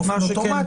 מה שכן,